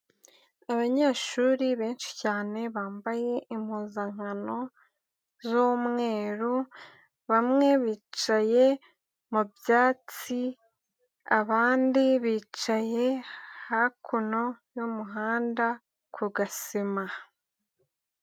Abanyeshuri benshi cyane bambaye impuzankano z'umweru, bamwe bicaye mu byatsi, abandi bicaye hakuno y'umuhanda ku gasima.